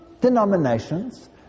denominations